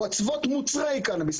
או אצוות מוצרי קנאביס,